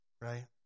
Right